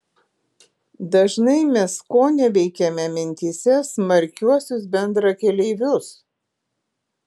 dažnai mes koneveikiame mintyse smarkiuosius bendrakeleivius